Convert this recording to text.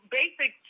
basic